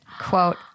quote